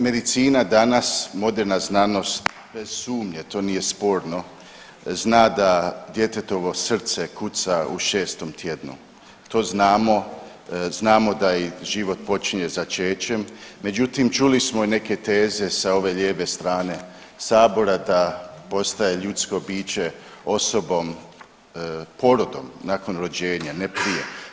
Medicina danas moderna znanost bez sumnje to nije sporno, zna da djetetovo srce kuca u 6. tjednu, to znamo, znamo da i život počinje začećem, međutim čuli smo neke teze sa ove lijeve strane sabora da postaje ljudsko biće osobom porodom, nakon rođenja, ne prije.